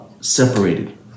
separated